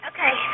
Okay